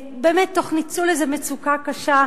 באמת תוך ניצול איזו מצוקה קשה.